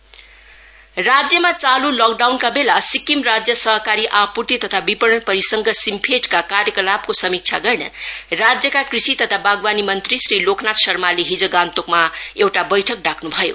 meeting SIMFED राज्यमा चालु लकडाउनका बेला सिक्किम राज्य सहकारी आपूर्ति तथा विपणन परिसंघ सिम्फेडको कार्यकलापको समिक्षा गर्न राज्यका कृषि तथा वागवानी मंत्री श्री लोकनाथ शर्माले हिज गान्तोकमा एउटा बैठक डाक्रभयो